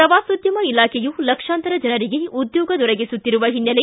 ಪ್ರವಾಸೋದ್ದಮ ಇಲಾಖೆಯು ಲಕ್ಷಾಂತರ ಜನರಿಗೆ ಉದ್ಯೋಗ ದೊರಕಿಸುತ್ತಿರುವ ಹಿನ್ನೆಲೆ